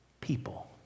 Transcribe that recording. people